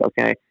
okay